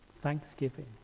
Thanksgiving